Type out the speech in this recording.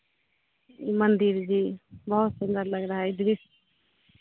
मंदिर जी बहुत सुंदर लग रहा है दृश्य